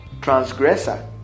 transgressor